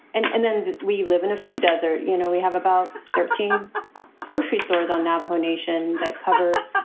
and and then we live in a food desert. you know, we have about thirteen grocery stores on navajo nation that cover,